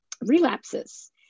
relapses